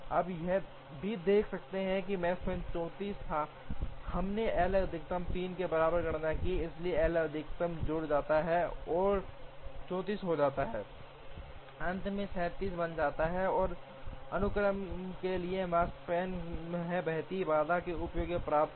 आप यह भी देख सकते हैं कि पहले Makespan 34 था हमने L अधिकतम 3 के बराबर गणना की इसलिए L अधिकतम जुड़ जाता है और 34 हो जाता है अंत में 37 बन जाता है जो अनुक्रम के लिए Makespan है बहती बाधा का उपयोग कर प्राप्त किया